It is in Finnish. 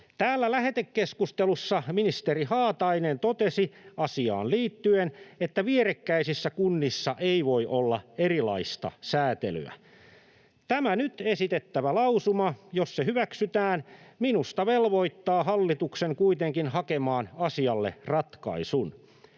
Täällä lähetekeskustelussa ministeri Haatainen totesi asiaan liittyen, että vierekkäisissä kunnissa ei voi olla erilaista sääntelyä. Tämä nyt esitettävä lausuma, jos se hyväksytään, minusta velvoittaa hallituksen kuitenkin hakemaan asialle ratkaisun.